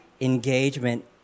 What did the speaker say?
engagement